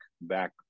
back